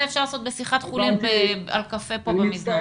את זה אפשר לעשות בשיחת חולין על קפה פה במזנון.